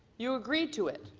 you agreed to it.